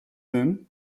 moon